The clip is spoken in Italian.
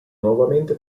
nuovamente